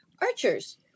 archers